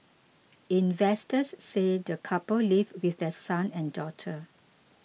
investors say the couple live with their son and daughter